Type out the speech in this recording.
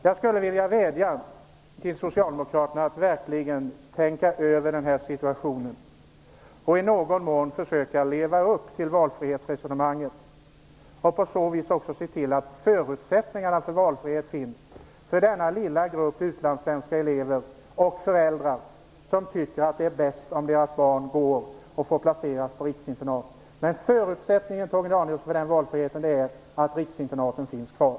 Jag skulle vilja vädja till Socialdemokraterna att verkligen tänka över den här situationen och att i någon mån försöka leva upp till valfrihetsresonemanget. På så vis kan ni se till att förutsättningarna för valfrihet finns för denna lilla grupp utlandssvenska elever och för de föräldrar som tycker att det är bäst om deras barn får placeras vid riksinternat. Men förutsättningen för den valfriheten, Torgny Danielsson, är att riksinternaten finns kvar.